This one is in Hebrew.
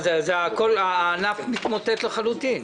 הענף מתמוטט לחלוטין.